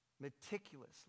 meticulously